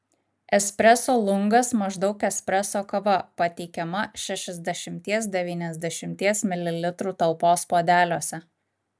espreso lungas maždaug espreso kava pateikiama šešiasdešimties devyniasdešimties mililitrų talpos puodeliuose